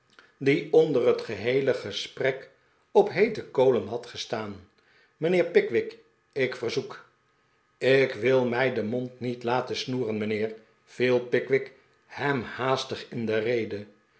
die onder het geheele gesprek op heete kolen had gestaan mijnheer pickwick ik verzoek ik wil mij den mo nd niet laten snoeren mijnheer viel pickwick hem haastig in de rede